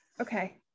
Okay